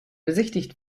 besichtigt